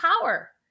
power